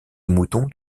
moutons